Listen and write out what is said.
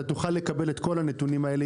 אתה תוכל לקבל את כל הנתונים האלה,